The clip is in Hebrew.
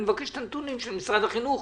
אני אבקש את הדיונים של משרד החינוך,